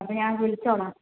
അപ്പോൾ ഞാൻ വിളിച്ചോളാം